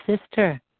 sister